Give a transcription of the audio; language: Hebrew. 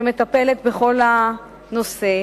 שמטפלת בכל הנושא.